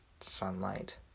sunlight